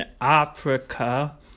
Africa